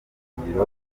buhungiro